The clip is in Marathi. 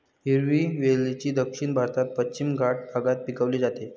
हिरवी वेलची दक्षिण भारतातील पश्चिम घाट भागात पिकवली जाते